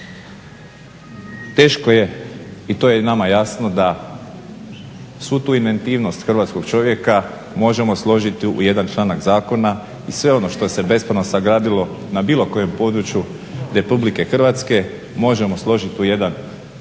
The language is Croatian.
Teško je, i to je i nama jasno, da svu tu inventivnost hrvatskog čovjeka možemo složiti u jedan članak zakona i sve ono što se bespravno sagradilo na bilo kojem području RH možemo složiti u jedan članak